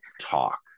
talk